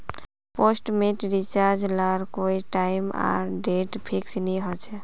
postpaid recharge लार कोए time आर डेट फिक्स नि होछे